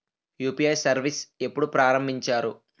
UPI service ఎప్పుడు ప్రారంభించారు?